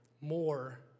more